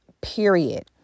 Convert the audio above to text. period